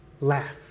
laugh